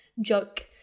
joke